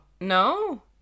No